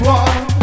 one